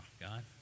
God